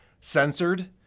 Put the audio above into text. censored